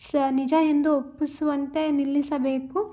ಸ ನಿಜ ಎಂದು ಒಪ್ಪಿಸುವಂತೆ ನಿಲ್ಲಿಸಬೇಕು